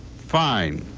fine.